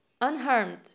unharmed